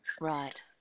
Right